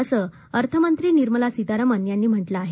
असं अर्थमंत्री निर्मला सीतारामन यांनी म्हाक्र आहे